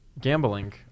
gambling